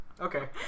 Okay